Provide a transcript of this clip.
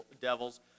devils